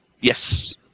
yes